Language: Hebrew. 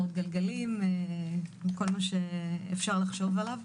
כסאות גלגלים, וכל מה שאפשר לחשוב עליו.